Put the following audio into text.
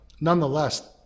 nonetheless